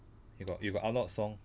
you got you got upload song